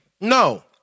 No